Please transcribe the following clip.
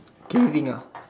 caving ah